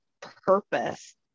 purpose